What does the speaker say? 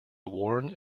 worn